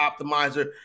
optimizer